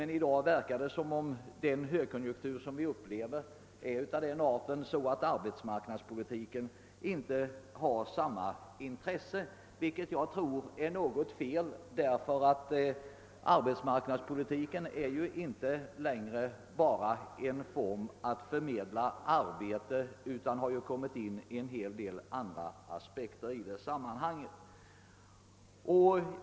I dag verkar det som om den högkonjunktur vi upplever är sådan att arbetsmarknadspolitiken inte röner samma intresse, vilket enligt min mening är fel eftersom arbetsmarknadspolitiken inte längre inskränker sig till enbart förmedling av arbete. Det har ju också kommit in en hel del andra aspekter i sammanhanget.